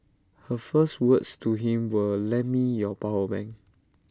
her first words to him were lend me your power bank